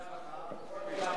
תדע לך, כל מלה בסלע.